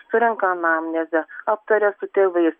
surenka anamnezę aptaria su tėvais